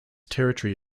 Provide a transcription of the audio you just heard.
territory